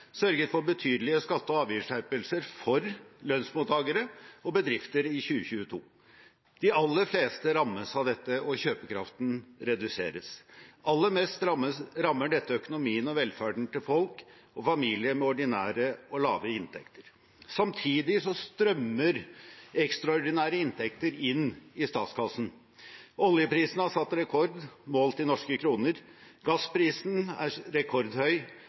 sørget for betydelige skatte- og avgiftsskjerpelser for lønnsmottakere og bedrifter i 2022. De aller fleste rammes av dette, og kjøpekraften reduseres. Aller mest rammer dette økonomien og velferden til folk og familier med ordinære og lave inntekter. Samtidig strømmer ekstraordinære inntekter inn i statskassen. Oljeprisen har satt rekord målt i norske kroner, gassprisen er rekordhøy,